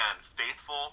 faithful